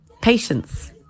patience